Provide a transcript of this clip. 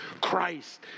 Christ